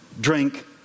drink